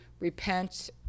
repent